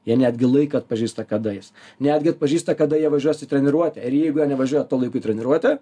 jie netgi laiką atpažįsta kada jis netgi atpažįsta kada jie važiuos į treniruotę ir jeigu jie nevažiuoja tuo laiku į treniruotę